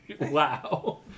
Wow